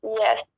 yes